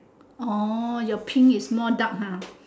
orh your pink is more dark ha